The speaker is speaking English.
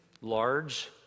large